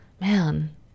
man